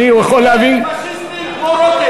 הוא שעושה ברדק.